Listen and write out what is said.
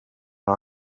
era